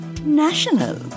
national